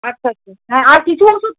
আচ্ছা আচ্ছা হ্যাঁ আর কিছু ওষুধ